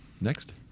Next